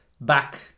back